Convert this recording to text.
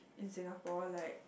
in Singapore like